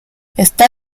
esta